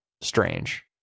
strange